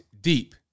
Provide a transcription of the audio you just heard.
Deep